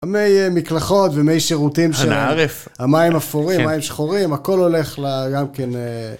המי מקלחות ומי שירותים שלנו, המים אפורים, המים שחורים, הכל הולך גם כן...